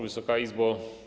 Wysoka Izbo!